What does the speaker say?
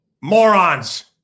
morons